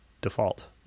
default